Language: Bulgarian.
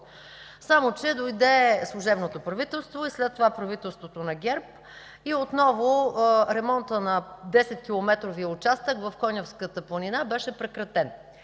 Само че дойде служебното правителство, след това правителството на ГЕРБ и отново ремонтът на 10-километровия участък в Конявската планина беше прекратен.